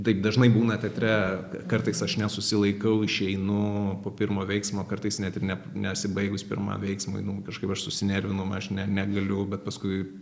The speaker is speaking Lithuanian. taip dažnai būna teatre kartais aš nesusilaikau išeinu po pirmo veiksmo kartais net ir ne nesibaigus pirmam veiksmui nu kažkaip aš susinervinu aš ne negaliu bet paskui